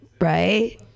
Right